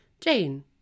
Jane